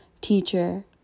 teacher